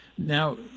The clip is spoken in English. Now